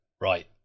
Right